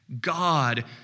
God